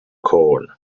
corn